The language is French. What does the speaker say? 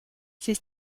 ses